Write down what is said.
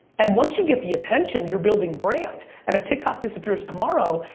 and once you get the attention, you're building brand. and if tiktok disappears tomorrow,